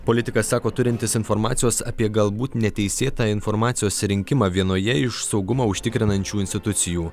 politikas sako turintis informacijos apie galbūt neteisėtą informacijos rinkimą vienoje iš saugumą užtikrinančių institucijų